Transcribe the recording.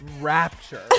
Rapture